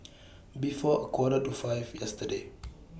before A Quarter to five yesterday